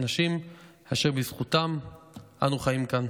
אנשים אשר בזכותם אנו חיים כאן.